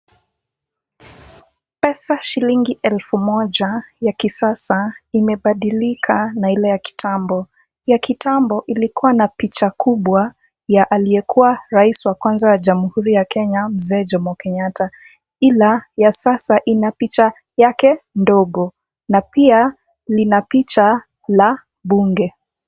Pesa shilingi elfu moja ya kisasa, imebadilika na ile ya kitambo. Ya kitambo ilikuwa na picha kubwa ya aliyekuwa raisi wa kwanza wa jamhuri ya Kenya, Mzee Jomo Kenyatta, ila ya sasa ina picha yake ndogo, na pia ina picha ya bunge.